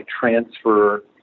transfer